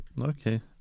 Okay